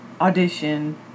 audition